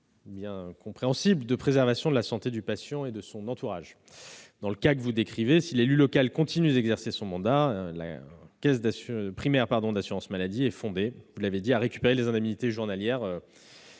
bien compréhensible, de préservation de la santé du patient et de son entourage. Si l'élu local continue d'exercer son mandat, la caisse primaire d'assurance maladie est fondée à récupérer les indemnités journalières